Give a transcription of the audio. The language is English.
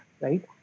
right